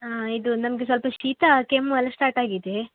ಇದು ನಮಗೆ ಸ್ವಲ್ಪ ಶೀತ ಕೆಮ್ಮು ಎಲ್ಲ ಶ್ಟಾಟ್ ಆಗಿದೆ